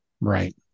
Right